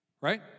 Right